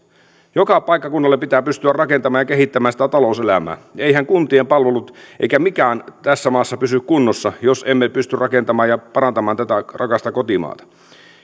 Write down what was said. joka paikkakunnalle pitää pystyä rakentamaan ja kehittämään sitä talouselämää eiväthän kuntien palvelut eikä mikään tässä maassa pysy kunnossa jos emme pysty rakentamaan ja parantamaan tätä rakasta kotimaatamme